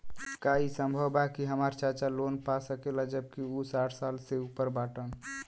का ई संभव बा कि हमार चाचा लोन पा सकेला जबकि उ साठ साल से ऊपर बाटन?